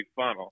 funnel